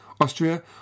Austria